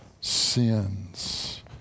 sins